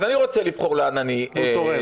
אז אני רוצה לבחור לאן אני -- תורם.